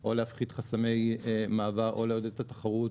או להפחית חסמי מעבר או לעודד את התחרות,